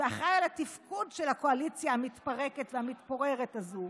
שאחראי על התפקוד של הקואליציה המתפרקת והמתפוררת הזאת,